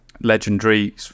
Legendary